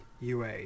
UA